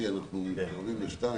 שם אמרו תקבל אם אתה תעשה.